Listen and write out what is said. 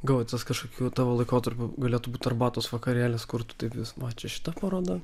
gal kažkokiu tavo laikotarpiu galėtų būt arbatos vakarėlis kur tu taip vis vat čia šita paroda